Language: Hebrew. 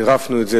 צירפנו את זה,